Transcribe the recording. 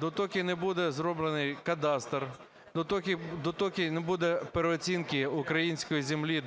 допоки не буде зроблений кадастр, допоки не буде переоцінки української землі